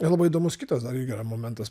labai įdomus kitas dar yra momentas